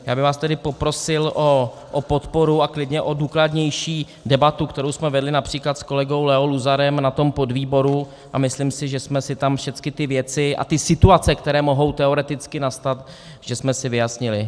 Já bych vás tedy poprosil o podporu a klidně o důkladnější debatu, kterou jsme vedli například s kolegou Leo Luzarem na tom podvýboru, a myslím si, že jsme si tam všechny ty věci a situace, které mohou teoreticky nastat, vyjasnili.